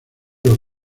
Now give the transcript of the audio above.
los